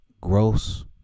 Gross